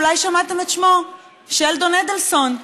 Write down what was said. אולי שמעתם את שמו: שלדון אדלסון.